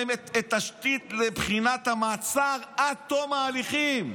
בהם את התשתית לבחינת המעצר עד תום ההליכים"